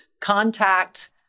contact